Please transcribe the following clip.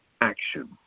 action